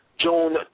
June